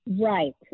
Right